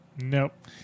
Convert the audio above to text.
Nope